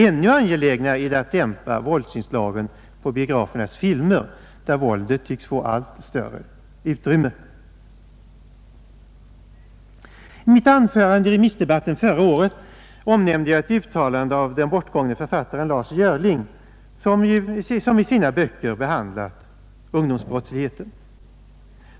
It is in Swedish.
Ännu angelägnare är det att dämpa våldsinslagen i biografernas filmer, där våldet tycks få allt större utrymme. I mitt anförande i remissdebatten förra året omnämnde jag ett uttalande av den bortgångne författaren Lars Görling, som i sina böcker behandlat ungdomsbrottsligheten.